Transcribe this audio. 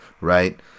right